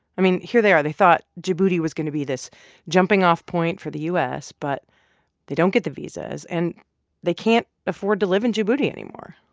i mean, here they are. they thought djibouti was going to be this jumping-off point for the u s. but they don't get the visas, and they can't afford to live in djibouti anymore.